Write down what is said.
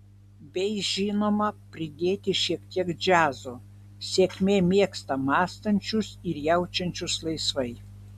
bei žinoma pridėti šiek tiek džiazo sėkmė mėgsta mąstančius ir jaučiančius laisvai